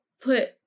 put